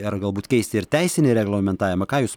ar galbūt keisti ir teisinį reglamentavimą ką jūs